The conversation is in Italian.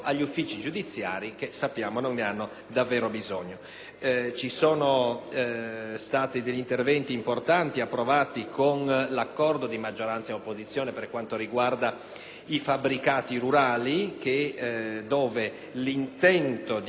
Sono stati approvati interventi importanti con l'accordo di maggioranza e opposizione per quanto riguarda i fabbricati rurali: l'intento di evitare l'elusione fiscale facendo passare per rurale ciò che non è